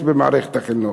שיהיה קיצוץ במערכת החינוך.